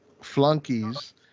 flunkies